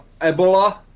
Ebola